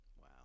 Wow